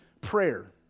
prayer